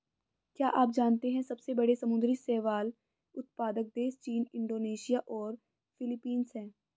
क्या आप जानते है सबसे बड़े समुद्री शैवाल उत्पादक देश चीन, इंडोनेशिया और फिलीपींस हैं?